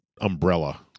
umbrella